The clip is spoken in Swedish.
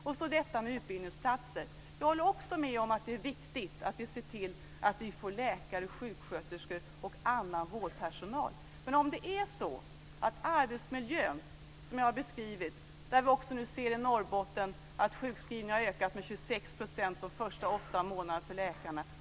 Så till detta med utbildningsplatser. Jag håller också med om att det är viktigt att vi ser till att vi får fram läkare, sjuksköterskor och annan vårdpersonal. Men det är också viktigt med arbetsmiljön, som jag har beskrivit och där vi också ser i Norrbotten att sjukskrivningar har ökat med 26 % de första åtta månaderna för läkarna.